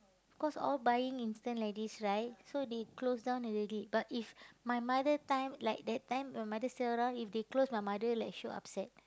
cause all buying instant like this right so they close down already but if my mother time like that time my mother still around if they close my mother like she'll upset